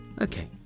Okay